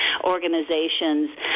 organizations